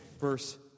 verse